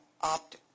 opt